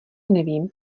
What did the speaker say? nevím